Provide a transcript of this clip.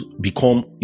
become